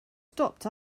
stopped